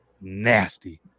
nasty